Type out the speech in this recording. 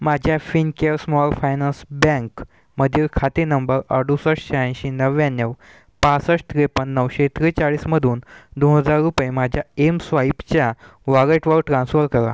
माझ्या Fincare small finance बँकमधील खाते नंबर अडुसष्ट शहाऐंशी नव्याण्णव पासष्ट त्रेपन्न नऊशे त्रेचाळीसमधून दोन हजार रुपये माझ्या एम स्वाईपच्या वॉलेटवर ट्रान्स्फर करा